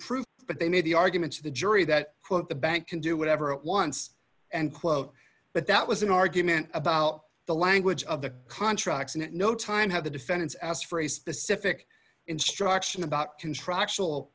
proof but they made the argument to the jury that quote the bank can do whatever it wants and quote but that was an argument about the language of the contracts and at no time have the defendants asked for a specific instruction about contractual